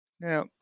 Now